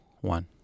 one